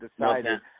decided